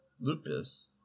lupus